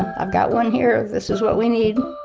i've got one here. this is what we need